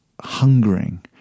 hungering